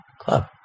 club